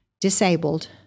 disabled